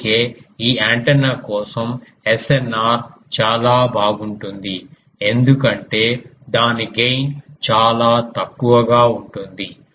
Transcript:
అందుకే ఈ యాంటెన్నా కోసం SNR చాలా బాగుంటుంది ఎందుకంటే దాని గెయిన్ చాలా తక్కువగా ఉంటుంది